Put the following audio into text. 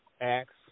acts